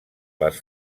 les